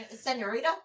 Senorita